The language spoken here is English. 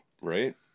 right